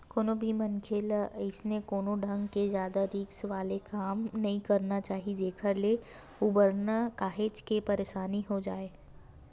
कोनो भी मनखे ल अइसन कोनो ढंग के जादा रिस्क वाले काम नइ करना चाही जेखर ले उबरना काहेक के परसानी हो जावय